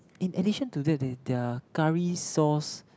in addition to that that their curry sauce